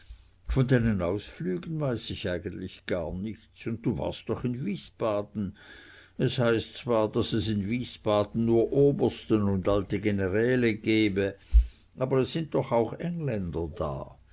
von deinen ausflügen weiß ich eigentlich gar nichts und du warst doch in wiesbaden es heißt zwar daß es in wiesbaden nur obersten und alte generale gäbe aber es sind doch auch engländer da